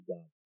God